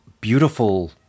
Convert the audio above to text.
beautiful